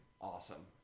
awesome